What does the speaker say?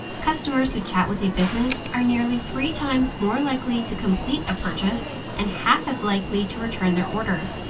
customers who chat with a business are nearly three times more likely to complete a purchase and half as likely to return their order.